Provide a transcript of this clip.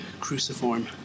cruciform